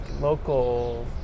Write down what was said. local